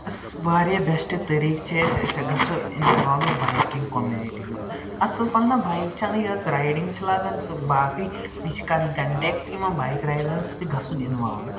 یۄس واریاہ بیٚسٹہٕ طٔریٖقہٕ چھِ أسۍ أسۍ گژھو اِنوالو بایکِنٛگ کوٚمنِٹی منٛز اصٕل پَہن بایِک چھِ اَنٕنۍ یۄس رایڈِنٛگ چھِ لَگان تہٕ باقٕے بیٚیہِ چھِ کَرٕنۍ کۄنٹیکٹہٕ یِمَن بایِک رایڈَرَن سۭتۍ تہِ گژھُن اِنوالو